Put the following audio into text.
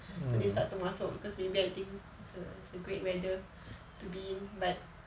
so they start to masuk because maybe I think it's a it's a great weather to be in but